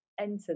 enter